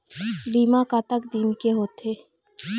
बीमा कतक दिन के होते?